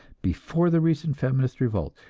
before the recent feminist revolt,